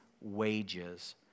wages